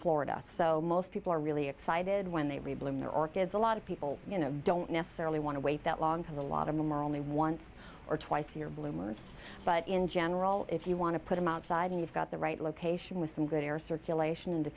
florida so most people are really excited when they re bloom their orchids a lot of people you know don't necessarily want to wait that long because a lot of them are only once or twice a year blooms but in general if you want to put them outside and you've got the right location with some good air circulation